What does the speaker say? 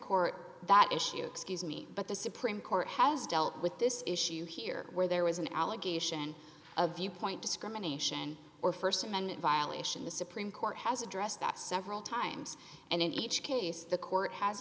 court that issue excuse me but the supreme court has dealt with this issue here where there was an allegation of viewpoint discrimination or st amendment violation the supreme court has addressed that several times and in each case the court has